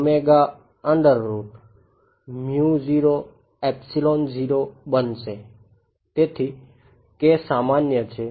તેથી આ k સામાન્ય છે